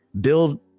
build